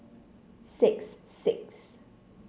six six